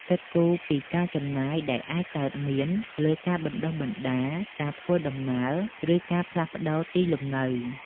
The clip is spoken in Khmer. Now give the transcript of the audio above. គិតគូរពីការចំណាយដែលអាចកើតមានលើការបណ្តុះបណ្តាល ការធ្វើដំណើរ ឬការផ្លាស់ប្តូរទីលំនៅ។